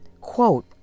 quote